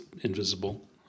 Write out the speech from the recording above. invisible